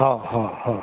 हा हा हा